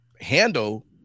handle